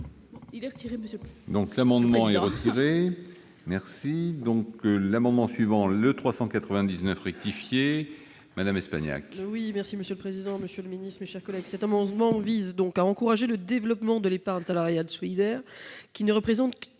le retire, monsieur le président